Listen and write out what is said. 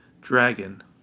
dragon